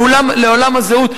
לעולם הזהות,